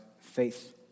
faith